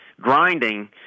grinding